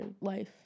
life